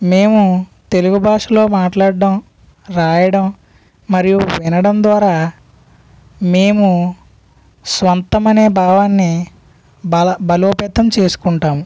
మేము తెలుగు భాషలో మాట్లాడడం రాయడం మరియు వినడం ద్వారా మేము స్వంతం అనే భావాన్ని బల బలోపేతం చేసుకుంటాము